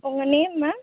உங்கள் name ma'am